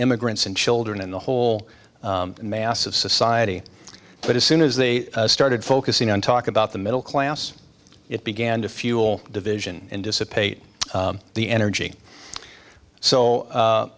immigrants and children and the whole mass of society but as soon as they started focusing on talk about the middle class it began to fuel division and dissipate the energy so